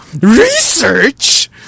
research